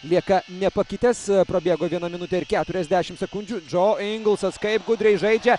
lieka nepakitęs prabėgo viena minutė ir keturiasdešim sekundžių džo ingelsas kaip gudriai žaidžia